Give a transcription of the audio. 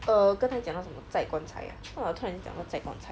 err 刚才讲到什么载棺材为什么突然讲到载棺材